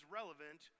relevant